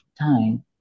time